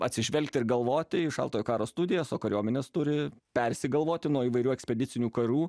atsižvelgti ir galvoti į šaltojo karo studijas o kariuomenės turi persigalvoti nuo įvairių ekspedicinių karų